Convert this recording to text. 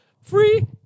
free